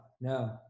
no